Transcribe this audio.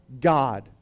God